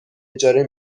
اجاره